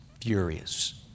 furious